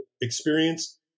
experience